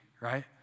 right